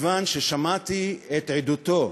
מכיוון ששמעתי את עדותו,